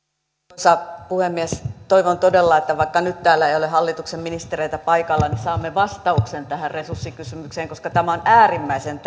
arvoisa puhemies toivon todella että vaikka nyt täällä ei ole hallituksen ministereitä paikalla niin saamme vastauksen tähän resurssikysymykseen koska tämä on äärimmäisen